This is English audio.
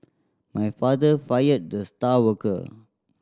my father fired the star worker